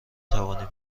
توانم